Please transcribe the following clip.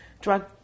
drug